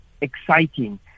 exciting